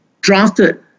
drafted